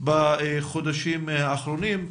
בחודשים האחרונים,